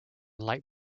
light